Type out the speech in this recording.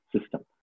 system